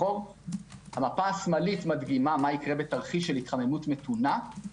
המפה השמאלית מדגימה מה יקרה בתרחיש של התחממות מתונה,